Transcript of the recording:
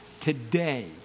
Today